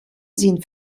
sind